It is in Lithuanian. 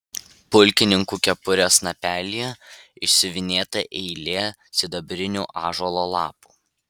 pulkininkų kepurės snapelyje išsiuvinėta eilė sidabrinių ąžuolo lapų